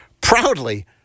proudly